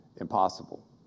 impossible